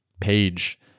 page